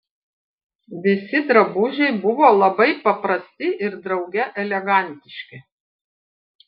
visi drabužiai buvo labai paprasti ir drauge elegantiški